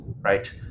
Right